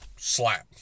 slap